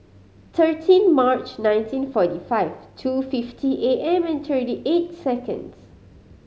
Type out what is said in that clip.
thirteen March nineteen forty five two fifty A M and thirty eight seconds